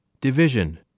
Division